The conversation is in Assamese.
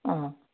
অঁ